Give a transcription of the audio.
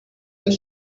does